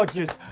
bodges,